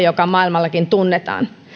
joka maailmallakin tunnetaan